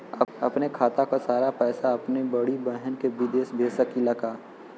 अपने खाते क सारा पैसा अपने बड़ी बहिन के विदेश भेज सकीला का?